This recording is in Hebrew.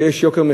שיש יוקר,